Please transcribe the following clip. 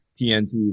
TNT